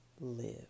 live